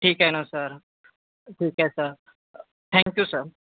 ठीक आहे ना सर ठीक आहे सर थँक्यू सर